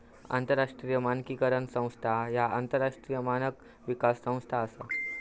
आंतरराष्ट्रीय मानकीकरण संस्था ह्या आंतरराष्ट्रीय मानक विकास संस्था असा